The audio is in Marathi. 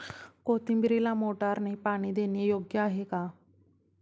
कोथिंबीरीला मोटारने पाणी देणे योग्य आहे का?